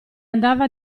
andava